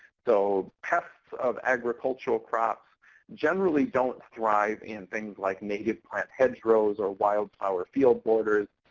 so pests of agricultural crops generally don't thrive in things like native plant hedgerows or wildflower field borders.